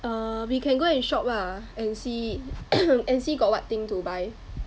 err we can go and shop lah and see and see got what thing to buy